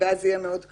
ואז זה יהיה מאוד קל.